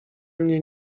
mnie